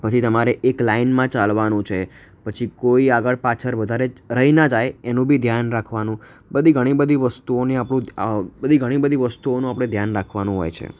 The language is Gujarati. પછી તમારે એક લાઇનમાં ચાલવાનું છે પછી કોઈ આગળ પાછળ વધારે રહી ના જાય એનું બી ધ્યાન રાખવાનું બધી ઘણી બધી વસ્તુઓની આપણું બધી ઘણી બધી વસ્તુઓનું આપણે ધ્યાન રાખવાનું હોય છે